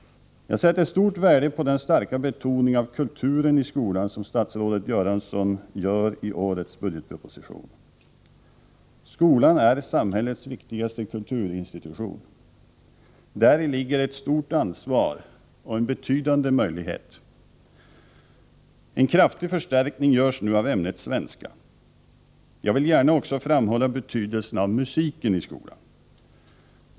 Jag sätter stort värde på den starka betoning av kulturen i skolan som statsrådet Göransson gör i årets budgetproposition. Skolan är samhällets viktigaste kulturinstitution. Däri ligger ett stort ansvar och en betydande möjlighet. En kraftig förstärkning görs nu av ämnet svenska. Jag vill gärna också framhålla betydelsen av musiken i skolan.